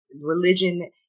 religion